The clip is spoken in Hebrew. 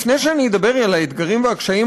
לפני שאני אדבר על האתגרים והקשיים,